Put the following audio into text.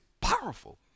powerful